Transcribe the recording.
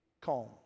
calm